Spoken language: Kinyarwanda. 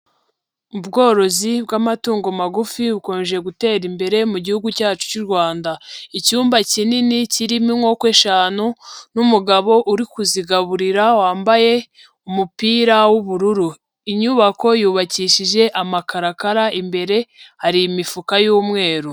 Ubworozi bw'amatungo magufi bukomeje gutera imbere mu gihugu cyacu cy'u Rwanda, icyumba kinini kirimo inkoko eshanu n'umugabo uri kuzigaburira wambaye umupira w'ubururu, inyubako yubakishije amakarakara imbere hari imifuka y'umweru.